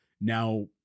now